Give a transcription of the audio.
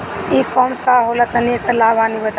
ई कॉमर्स का होला तनि एकर लाभ हानि बताई?